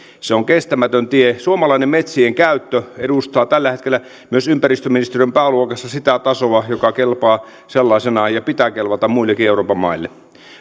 se on kestämätön tie suomalainen metsien käyttö edustaa tällä hetkellä myös ympäristöministeriön pääluokassa sitä tasoa joka kelpaa sellaisenaan ja jonka pitää kelvata muillekin euroopan maille